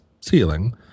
ceiling